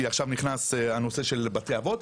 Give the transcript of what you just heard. כי עכשיו נכנס הנושא של בתי אבות,